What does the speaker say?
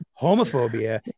homophobia